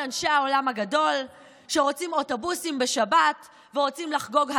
אנשי העולם הגדול שרוצים אוטובוסים בשבת ורוצים לחגוג האלווין.